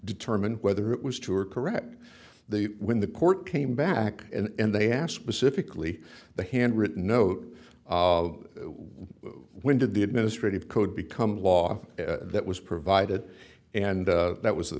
determine whether it was to or correct the when the court came back and they asked pacifically the handwritten note of when did the administrative code become law that was provided and that was the